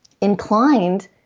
inclined